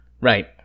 Right